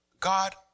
God